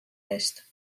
eest